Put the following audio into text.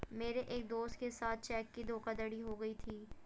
मेरे एक दोस्त के साथ चेक की धोखाधड़ी हो गयी थी